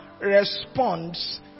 responds